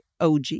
OG